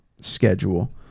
schedule